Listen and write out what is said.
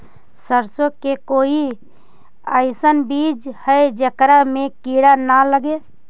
सरसों के कोई एइसन बिज है जेकरा में किड़ा न लगे?